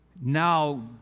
now